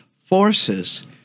forces